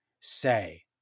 say